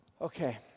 Okay